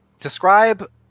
describe